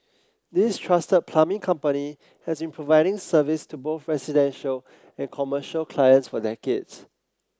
this trusted plumbing company has been providing service to both residential and commercial clients for decades